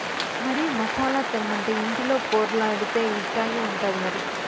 మరి మసాలా తెమ్మంటే ఇంటిలో పొర్లాడితే ఇట్టాగే ఉంటాది మరి